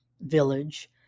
village